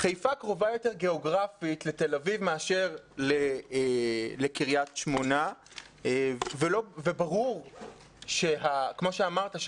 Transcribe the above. חיפה קרובה יותר גאוגרפית לתל אביב מאשר לקריית שמונה וברור שכמוש אמרת,